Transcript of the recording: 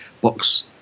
box